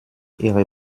ihre